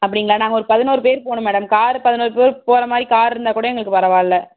அப்படிங்களா நாங்கள் ஒரு பதினோரு பேர் போகணும் மேடம் கார் பதினோரு பேர் போகிற மாதிரி கார் இருந்தால் கூட எங்களுக்கு பரவாயில்லை